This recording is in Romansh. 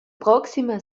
proxima